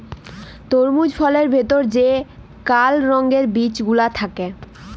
তরমুজ ফলের ভেতর যে কাল রঙের বিচি গুলা থাক্যে